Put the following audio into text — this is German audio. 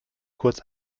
kurz